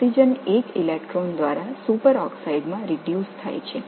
oxygen 1 எலக்ட்ரானால் super ஆக்சைடாகக் குறைகிறது